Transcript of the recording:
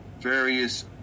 various